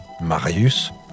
Marius